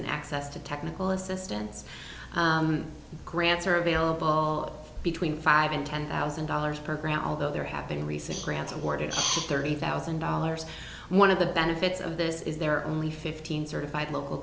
and access to technical assistance grants are available between five and ten thousand dollars program although there have been recent grants awarded thirty thousand dollars and one of the benefits of this is there are only fifteen certified local